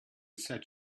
said